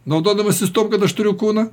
naudodamasis tuo kad aš turiu kūną